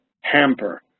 hamper